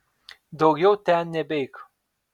daugiau ten nebeik